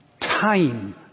time